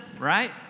right